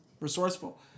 Resourceful